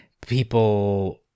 People